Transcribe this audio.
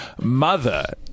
mother